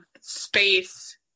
space